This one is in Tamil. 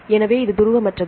எனவே இது துருவமற்றது